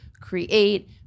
create